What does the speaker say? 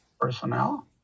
personnel